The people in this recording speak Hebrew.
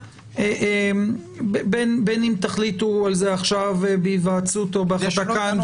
אם תחליטו עכשיו בהיוועצות או בהחלטה כאן,